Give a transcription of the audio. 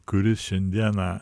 kuris šiandieną